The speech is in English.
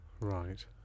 right